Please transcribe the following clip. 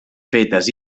fetes